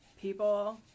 people